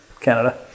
Canada